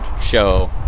show